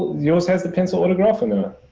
yours has the pencil autograph? and